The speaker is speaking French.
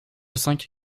cinq